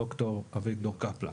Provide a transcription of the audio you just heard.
ד"ר אביגדור קפלן,